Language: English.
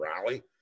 rally